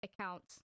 accounts